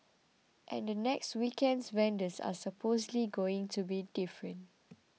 and the next weekend's vendors are supposedly going to be different